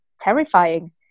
terrifying